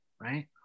right